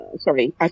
sorry